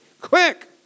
Quick